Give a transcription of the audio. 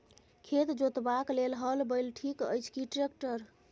खेत जोतबाक लेल हल बैल ठीक अछि की ट्रैक्टर?